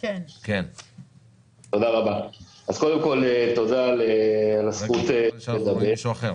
אז קודם כול תודה על הזכות לדבר.